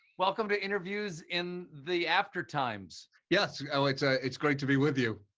welcome to interviews in the after-times. yeah so it's ah it's great to be with you.